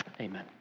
Amen